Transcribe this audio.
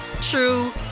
true